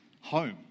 home